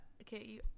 okay